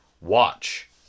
watch